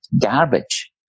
garbage